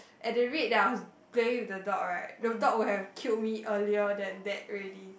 at the rate that I was playing with the dog right the dog would have killed me earlier than that already